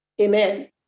amen